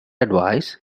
advice